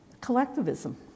collectivism